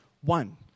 one